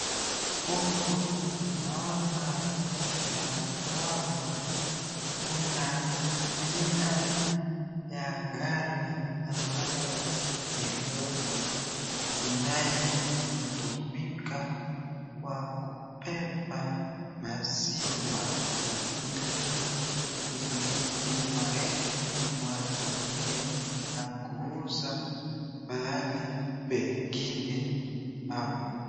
Huku naona ya kwamba kuna aina ya gari ambalo ni lori inayotumika kwa kubeba maziwa ili waende watumie na kuuza mahali pengine hapo.